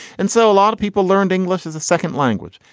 and so a lot of people learned english as a second language.